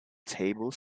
table